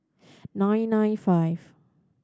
nine nine five